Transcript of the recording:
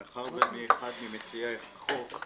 מאחר שאני אחד ממציעי החוק,